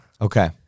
Okay